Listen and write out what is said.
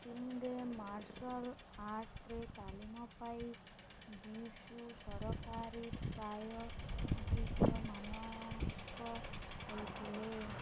ଚୀନରେ ମାର୍ଶଲ ଆର୍ଟରେ ତାଲିମ ପାଇଁ ୱୁଶୁ ସରକାରୀ ପ୍ରାୟୋଜିତ ମାନକ ହୋଇଥିଲେ